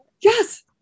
yes